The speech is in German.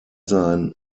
sein